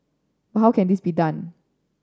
but how can this be done